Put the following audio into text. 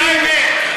זו האמת.